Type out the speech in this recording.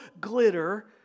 glitter